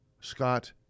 Scott